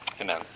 Amen